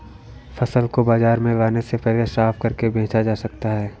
फसल को बाजार में लाने से पहले साफ करके बेचा जा सकता है?